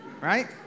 right